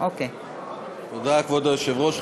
תודה, כבוד היושבת-ראש.